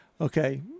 Okay